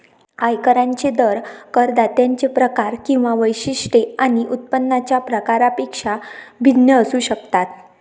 आयकरांचे दर करदात्यांचे प्रकार किंवा वैशिष्ट्ये आणि उत्पन्नाच्या प्रकारापेक्षा भिन्न असू शकतात